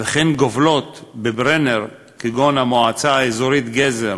וכן גובלות בברנר, כגון המועצה האזורית גזר,